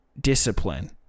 discipline